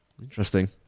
Interesting